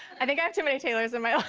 i think i have too many taylors in my ah